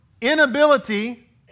inability